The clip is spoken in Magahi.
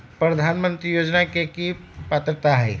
प्रधानमंत्री योजना के की की पात्रता है?